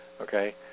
okay